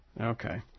Okay